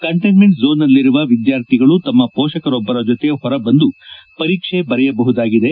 containment ಝೋನ್ನಲ್ಲಿರುವ ವಿದ್ವಾರ್ಥಿಗಳು ತಮ್ಮ ಪೋಷಕರೊಬ್ಬರ ಜೊತೆ ಹೊರಬಂದು ಪರೀಕ್ಷೆ ಬರೆಯಬಹುದಾಗಿದೆ